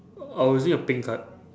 I'm using a pink card